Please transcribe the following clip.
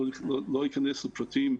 לא אכנס לפרטים,